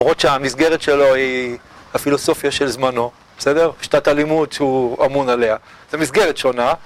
למרות שהמסגרת שלו היא הפילוסופיה של זמנו, בסדר? שיטת הלימוד הוא אמון עליה. זו מסגרת שונה.